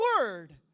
word